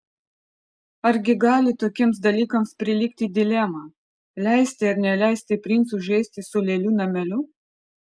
argi gali tokiems dalykams prilygti dilema leisti ar neleisti princui žaisti su lėlių nameliu